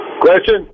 Question